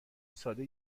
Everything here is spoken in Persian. ساده